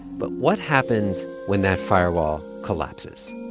but what happens when that firewall collapses?